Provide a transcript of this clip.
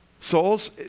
Souls